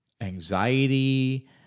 anxiety